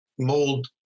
mold